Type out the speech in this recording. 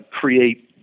create